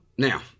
Now